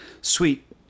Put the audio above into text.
sweet